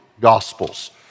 gospels